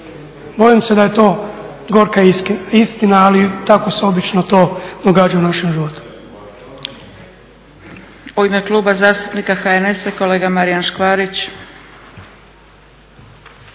Bojim se da je to gorka istina, ali tako se obično to događa u našem životu.